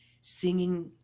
singing